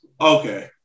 Okay